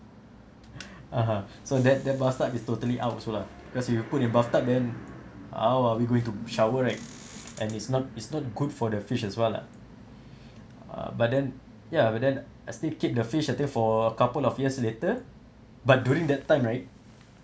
(uh huh) so that the bathtub is totally out also lah cause you put in bathtub then how are we going to shower right and it's not it's not good for the fish as well lah ah but then ya but then I still keep the fish I think for couple of years later but during that time right